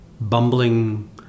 bumbling